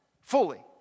fully